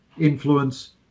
influence